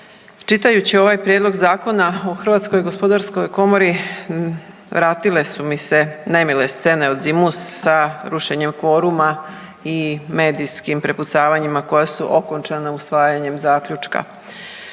Čitajući ovaj Prijedlog zakona o Hrvatskoj gospodarskoj komori vratile su mi se nemile scene od zimus sa rušenjem kvoruma i medijskim prepucavanjima koja su okončana usvajanjem zaključka,